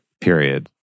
period